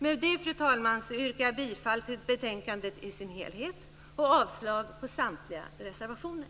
Med det, fru talman, yrkar jag bifall till hemställan i betänkandet i dess helhet och avslag på samtliga reservationer.